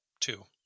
two